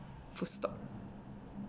full stop